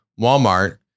Walmart